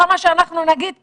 כמה שאנחנו נגיד כאן,